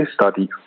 study